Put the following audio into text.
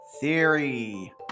theory